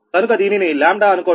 కనుక దీనిని λఅనుకోండి